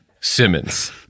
Simmons